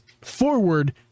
forward